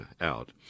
out